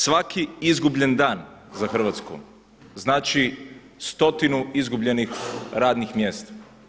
Svaki izgubljen dan za Hrvatsku znači stotinu izgubljenih radnih mjesta.